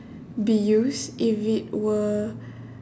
be used if it were